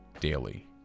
daily